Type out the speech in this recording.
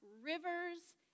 rivers